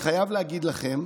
אני חייב להגיד לכם,